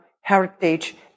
heritage